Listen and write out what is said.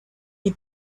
eat